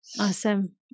awesome